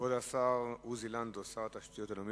כבוד השר עוזי לנדאו,